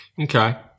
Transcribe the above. Okay